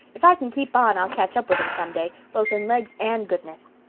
if i can keep on i'll catch up with him some day, both in legs and goodness.